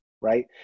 right